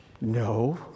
No